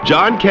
John